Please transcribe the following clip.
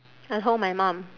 I told my mum